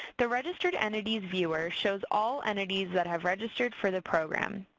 the registered entities viewer shows all entities that have registered for the program.